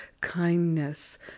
kindness